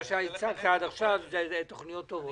מה שהצגת עד עכשיו זה תוכניות טובות.